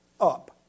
up